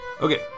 okay